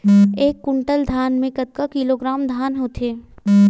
एक कुंटल धान में कतका किलोग्राम धान होथे?